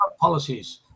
policies